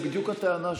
זאת בדיוק הטענה שלי,